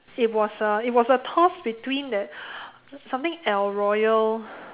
it was a it was a toss between that something el-royale